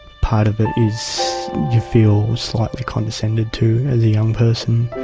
part of it is you feel slightly condescended to as a young person,